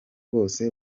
bose